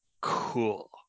cool